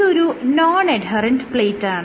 ഇതൊരു non adherent പ്ലേറ്റാണ്